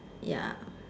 ya